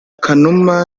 kanuma